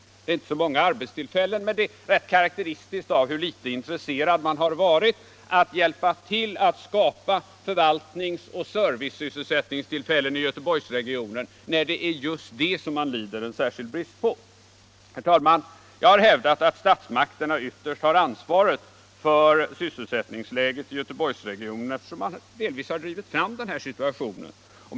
Det gäller inte så många arbetstillfällen, men det är rätt karakteristiskt för hur litet intresserad man har varit av att hjälpa till att skapa förvaltningsoch servicesysselsättningstillfällen i Göteborgsregionen, när det är just sådana regionen lider särskild brist på. Herr talman! Jag har hävdat att statsmakterna ytterst har ansvaret för sysselsättningsläget i Göteborgsregionen, eftersom de delvis har drivit fram den här situationen.